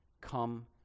Come